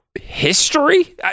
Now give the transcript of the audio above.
history